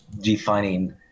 defining